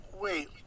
Wait